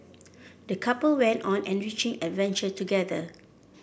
the couple went on an enriching adventure together